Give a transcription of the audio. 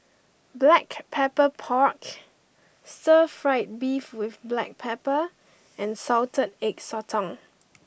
Black Pepper Pork Stir Fried Beef with Black Pepper and Salted Egg Sotong